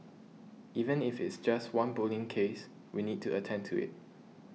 even if it's just one bullying case we need to attend to it